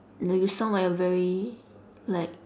you know you sound like a very like